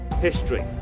History